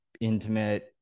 intimate